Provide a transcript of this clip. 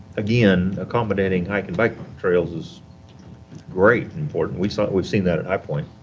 again, accommodating hike and bike trails is great and important. we saw it we've seen that at high point,